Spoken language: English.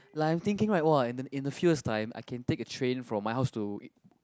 like I'm thinking like [wah] in a few years time I can take a train from my house to